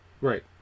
Right